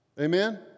Amen